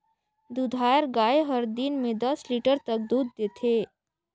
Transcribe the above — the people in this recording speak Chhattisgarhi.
दूधाएर गाय हर दिन में दस लीटर तक दूद देथे